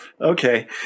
Okay